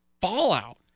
fallout